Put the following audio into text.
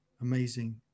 amazing